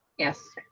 yes!